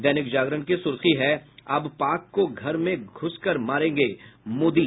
दैनिक जागरण की सुर्खी है अब पाक को घर में घुसकर मारेंगे मोदी